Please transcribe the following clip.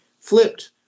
flipped